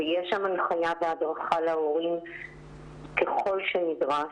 ויש שם הנחיה והדרכה להורים ככל שנדרש.